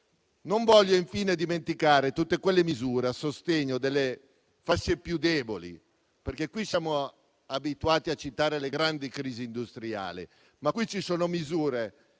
Non voglio infine dimenticare tutte quelle misure a sostegno delle fasce più deboli. Siamo abituati infatti a citare le grandi crisi industriali, ma qui ci sono misure